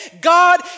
God